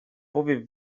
powiew